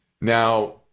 Now